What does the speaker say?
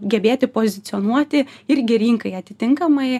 gebėti pozicionuoti irgi rinkai atitinkamai